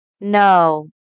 No